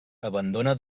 abandona